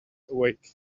awake